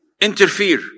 interfere